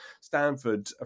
Stanford